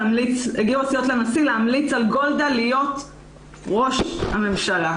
לנשיא להמליץ על גולדה להיות ראש הממשלה,